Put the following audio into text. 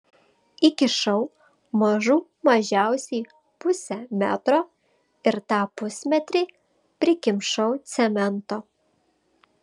įkišau mažų mažiausiai pusę metro ir tą pusmetrį prikimšau cemento